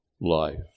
life